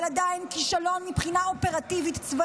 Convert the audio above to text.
אבל עדיין כישלון מבחינה אופרטיבית-צבאית.